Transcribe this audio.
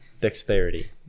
dexterity